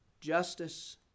justice